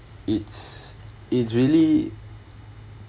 it's it's really